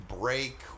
break